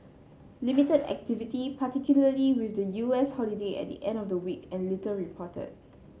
limited activity particularly with the U S holiday at the end of the week and little reported